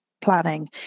planning